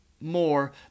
more